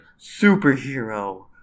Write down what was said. superhero